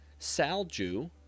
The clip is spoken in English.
salju